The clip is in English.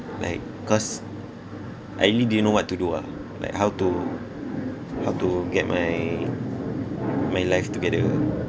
like cause I really didn't know what to do ah like how to how to get my my life together